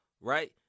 right